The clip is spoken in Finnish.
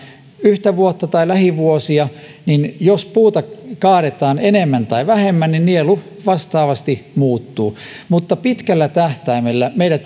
yhtä vuotta tai lähivuosia niin jos puuta kaadetaan enemmän tai vähemmän niin nielu vastaavasti muuttuu mutta pitkällä tähtäimellä meidän